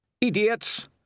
Idiots